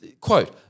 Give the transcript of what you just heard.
quote